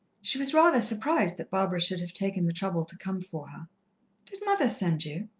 she was rather surprised that barbara should have taken the trouble to come for her. did mother send you?